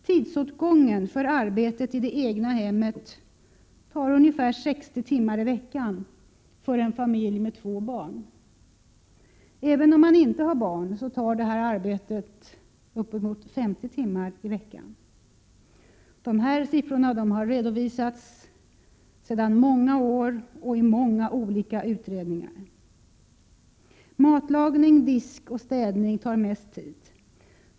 Tidsåtgången för arbetet i det egna hemmet blir ungefär 60 timmar i veckan för en familj med två barn. Även om man inte har barn, kräver detta arbete ungefär 50 timmar i veckan. Dessa siffror har redovisats under många år och i många olika utredningar. Matlagning, disk och städning tar den mesta tiden.